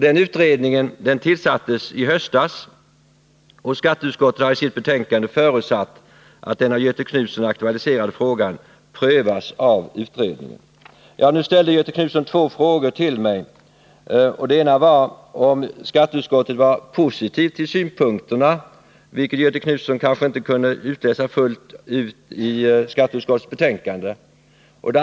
Denna utredning tillsattes i höstas, och skatteutskottet har i sitt betänkande förutsatt att den av Göthe Knutson aktualiserade frågan prövas av utredningen. Nu ställde Göthe Knutson två frågor till mig. Den ena gällde om skatteutskottet var positivt inställt till synpunkterna — vilket Göthe Knutson kanske inte kunde utläsa fullt tydligt i skatteutskottets betänkande.